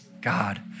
God